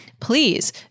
please